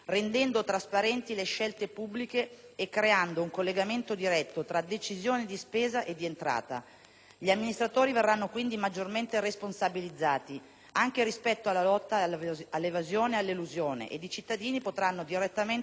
e creando un collegamento diretto tra decisioni di spesa e di entrata. Gli amministratori verranno quindi maggiormente responsabilizzati, anche rispetto alla lotta all'evasione e all'elusione, ed i cittadini potranno direttamente valutare l'operato di chi li governa.